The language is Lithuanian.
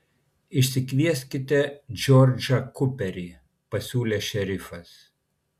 išsikvieskite džordžą kuperį pasiūlė šerifas